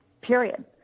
period